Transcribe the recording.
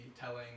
telling